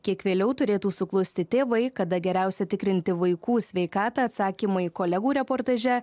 kiek vėliau turėtų suklusti tėvai kada geriausia tikrinti vaikų sveikatą atsakymai į kolegų reportaže